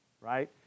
right